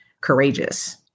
courageous